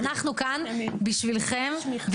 ואנחנו כאן בשבילכם ולרשותכם.